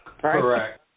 Correct